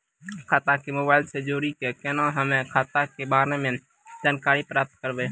खाता के मोबाइल से जोड़ी के केना हम्मय खाता के बारे मे जानकारी प्राप्त करबे?